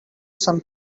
some